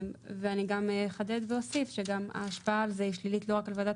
אני אחדד ואוסיף שההשפעה על זה היא שלילית ולא רק על ועדת